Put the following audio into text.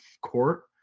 court